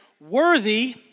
worthy